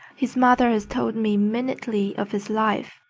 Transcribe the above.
his mother has told me minutely of his life,